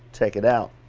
check it out.